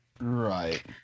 right